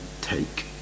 take